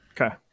Okay